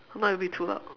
if not it'll be too loud